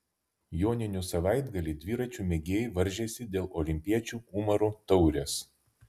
joninių savaitgalį dviračių mėgėjai varžėsi dėl olimpiečių umarų taurės